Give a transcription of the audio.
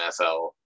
NFL